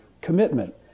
commitment